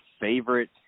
favorite